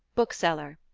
bookseller,